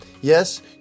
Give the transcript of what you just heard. Yes